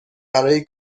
برای